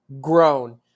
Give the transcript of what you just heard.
grown